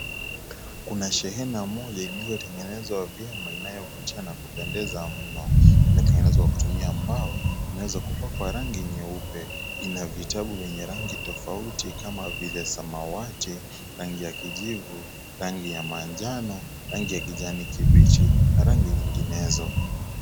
Kuna shehena moja iliyotengenezwa vyema inayovutia na kupendeza mno, imetengenezwa kwa kutumia mbao imeweza kupakwa rangi nyeupe. Ina vitabu vyenye rangi tofauti kama vile samawati, rangi ya kijivu, rangi ya manjano, rangi ya kijani kibichi na rangi nyinginezo.